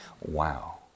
Wow